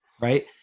right